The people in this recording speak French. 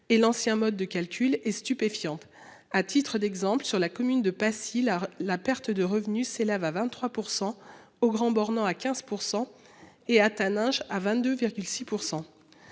et l'ancien mode de calcul est stupéfiante. À titre d'exemple, sur la commune de Passy là la perte de revenus s'élève à 23% au Grand Bornand à 15% et atteint à 22,6%.